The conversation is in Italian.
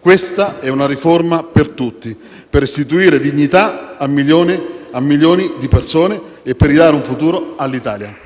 questa è una riforma per tutti, per restituire dignità a milioni di persone e per ridare un futuro all'Italia.